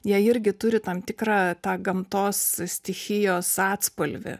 jie irgi turi tam tikrą tą gamtos stichijos atspalvį